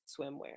swimwear